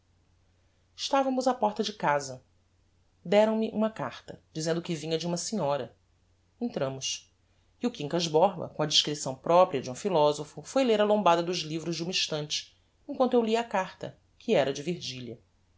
estavamos á porta de casa deram-me uma carta dizendo que vinha de uma senhora entramos e o quincas borba com a discrição propria de um philosopho foi ler a lombada dos livros de uma estante emquanto eu lia a carta que era